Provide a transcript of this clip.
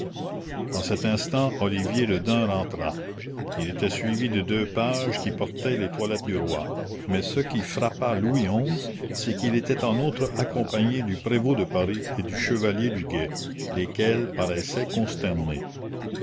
en cet instant olivier le daim rentra il était suivi de deux pages qui portaient les toilettes du roi mais ce qui frappa louis xi c'est qu'il était en outre accompagné du prévôt de paris et du chevalier du guet lesquels paraissaient consternés